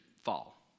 fall